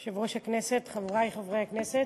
אדוני היושב-ראש, חברי חברי הכנסת,